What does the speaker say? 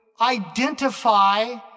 identify